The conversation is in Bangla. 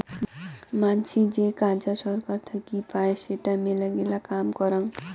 মানাসী যে কাজা সরকার থাকি পাই সেটা মেলাগিলা কাম করং